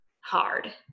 hard